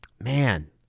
Man